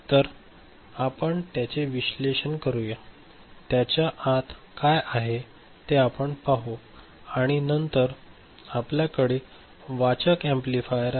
तर आपण त्याचे विश्लेषण करूया त्याच्या आत काय आहे ते आपण पाहू आणि नंतर आपल्याकडे वाचक ऍम्प्लिफायर आहे